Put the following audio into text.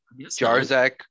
Jarzak